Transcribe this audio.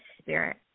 spirit